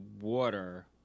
water